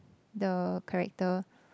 the character